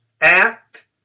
act